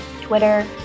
Twitter